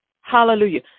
Hallelujah